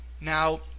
Now